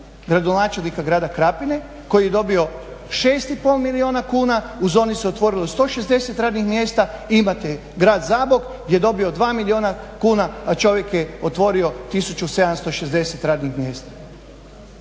gradonačelnika grada Krapine koji je dobio 6 i pol milijuna kuna, u zoni se otvorilo 160 radnih mjesta i imate grad Zabok je dobio 2 milijuna kuna a čovjek je otvorio 1760 radnih mjesta.